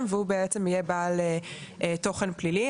קודם והוא יהיה בעל תוכן פלילי.